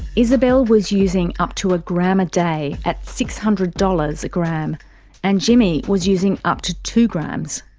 isabelle was using up to a gram a day at six hundred dollars a gram and jimmy was using up to two grams.